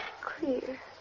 clear